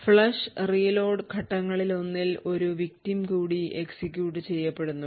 flush reload ഘട്ടങ്ങളിലൊന്നിൽ ഒരു victim കൂടി execute ചെയ്യപ്പെടുന്നുണ്ട്